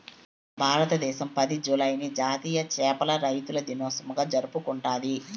భారతదేశం పది, జూలైని జాతీయ చేపల రైతుల దినోత్సవంగా జరుపుకుంటాది